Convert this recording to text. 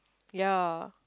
ya